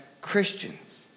Christians